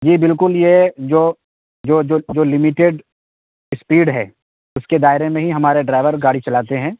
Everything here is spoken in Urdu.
جی بالکل یہ جو جو جو جو لمیٹڈ اسپیڈ ہے اس کے دائرے میں ہی ہمارے ڈرائیور گاڑی چلاتے ہیں